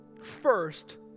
first